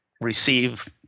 receive